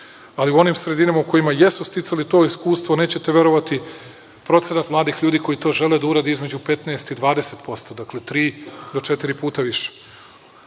ali u onim sredinama u kojima jesu sticali to iskustvo, nećete verovati, procenat mladih ljudi koji to žele da uradi je između 15% i 20%, dakle, tri do četiri puta više.